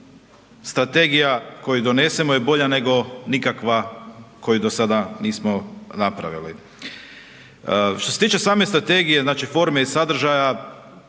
strategija koju donesemo je bolja nego nikakva koju do sada nismo napravili. Što se tiče same Strategije, znači forme i sadržaja,